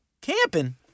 Camping